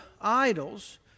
idols